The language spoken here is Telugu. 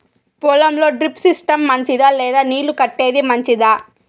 పొలం లో డ్రిప్ సిస్టం మంచిదా లేదా నీళ్లు కట్టేది మంచిదా?